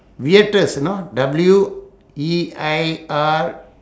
weirdest you know W E I R